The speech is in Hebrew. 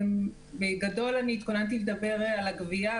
בגדול אני התכוננתי לדבר על הגבייה,